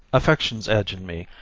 affection's edge in me,